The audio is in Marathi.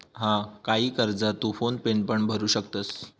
हा, काही कर्जा तू फोन पेन पण भरू शकतंस